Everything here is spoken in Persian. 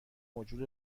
موجود